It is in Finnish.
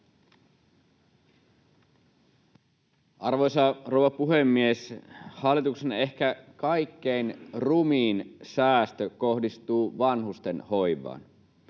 Arvoisa rouva puhemies! Hallituksen ehkä kaikkein rumin säästö kohdistuu vanhustenhoivaan.